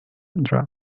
drugs